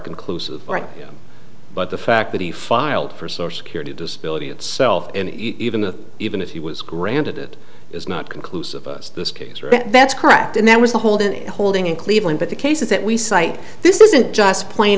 conclusive right but the fact that he filed for social security disability itself and even that even if he was granted it is not conclusive us this case that's correct and that was the holding it holding in cleveland but the cases that we cite this isn't just plain